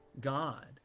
God